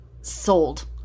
sold